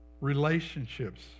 Relationships